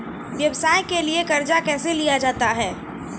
व्यवसाय के लिए कर्जा कैसे लिया जाता हैं?